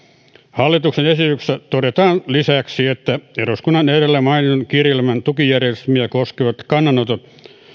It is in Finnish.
hallituksen esityksessä todetaan lisäksi että eduskunnan edellä mainitun kirjelmän tukijärjestelmiä koskevat kannanotot